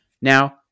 Now